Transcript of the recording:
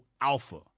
alpha